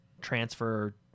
transfer